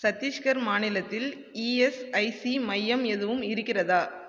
சத்தீஸ்கர் மாநிலத்தில் இஎஸ்ஐசி மையம் எதுவும் இருக்கிறதா